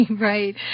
right